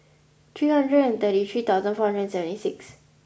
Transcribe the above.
three hundred and thirty three thousand four hundred and seventy six